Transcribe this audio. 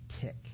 tick